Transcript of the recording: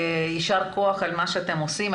יישר כוח על מה שאתם עושים,